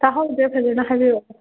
ꯇꯥꯍꯧꯗꯔꯦ ꯐꯖꯅ ꯍꯥꯏꯔꯤꯔꯛꯑꯣ